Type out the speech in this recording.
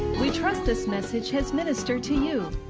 we trust this message has ministered to you.